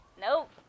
nope